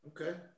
Okay